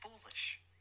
foolish